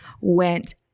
went